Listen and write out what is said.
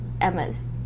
Emma's